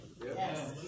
Yes